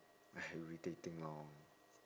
irritating lor